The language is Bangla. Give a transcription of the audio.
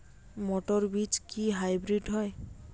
মটর বীজ কি হাইব্রিড হয়?